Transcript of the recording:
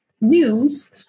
news